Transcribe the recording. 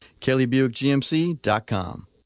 KellyBuickGMC.com